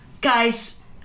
guys